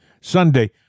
Sunday